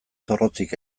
zorrotzik